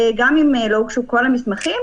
גם אם לא הוגשו כל המסמכים,